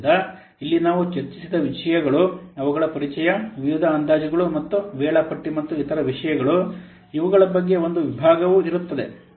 ಆದ್ದರಿಂದ ಇಲ್ಲಿ ನಾವು ಚರ್ಚಿಸಿದ ವಿಷಯಗಳು ಅವುಗಳು ಪರಿಚಯ ವಿವಿಧ ಅಂದಾಜುಗಳು ಮತ್ತು ವೇಳಾಪಟ್ಟಿ ಮತ್ತು ಇತರ ವಿಷಯಗಳು ಇವುಗಳ ಬಗ್ಗೆ ಒಂದು ವಿಭಾಗವೂ ಇರುತ್ತದೆ